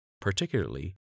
particularly